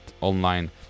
online